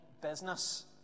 business